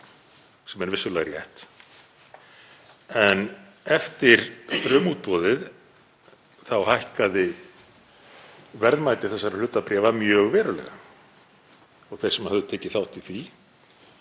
sem er vissulega rétt. En eftir frumútboðið þá hækkaði verðmæti þessara hlutabréfa mjög verulega og þeir sem höfðu tekið þátt í því